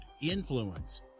influence